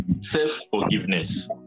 Self-forgiveness